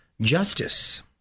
Justice